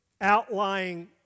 outlying